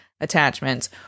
attachments